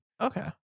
okay